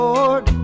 Lord